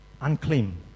Unclaimed